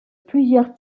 plusieurs